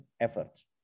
efforts